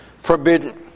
forbidden